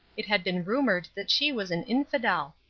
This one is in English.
it had been rumored that she was an infidel!